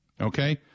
Okay